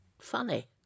funny